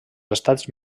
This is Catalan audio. estats